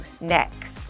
Next